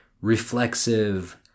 reflexive